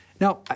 Now